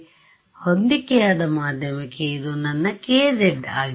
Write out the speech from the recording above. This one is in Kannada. ಆದ್ದರಿಂದ ಹೊಂದಿಕೆಯಾದ ಮಾಧ್ಯಮಕ್ಕೆ ಇದು ನನ್ನ kz ಆಗಿದೆ